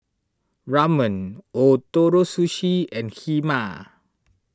Ramen Ootoro Sushi and Kheema